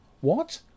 What